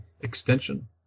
extension